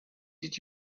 did